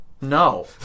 No